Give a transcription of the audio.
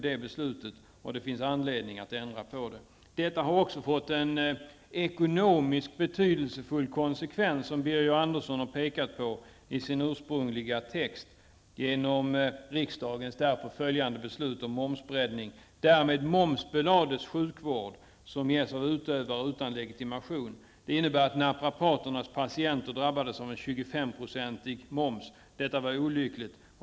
Det finns således anledning att ändra det fattade beslutet. Det här har också fått den ekonomiskt betydelsefulla konsekvens som Birger Andersson pekar på i sin ursprungliga text. Jag tänker då på riksdagens därpå följande beslut om momsbreddningen. Således momsbelades sjukvård som ges av utövare som saknar legitimation. Naprapaternas patienter drabbades därmed av en 25-procentig moms. Detta är olyckligt.